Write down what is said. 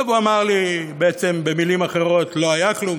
הוא אמר לי בעצם במילים אחרות: לא היה כלום,